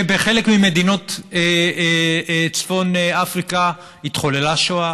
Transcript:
שבחלק ממדינות צפון אפריקה התחוללה שואה,